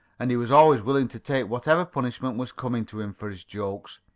and he was always willing to take whatever punishment was coming to him for his jokes.